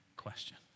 question